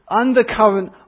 undercurrent